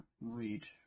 read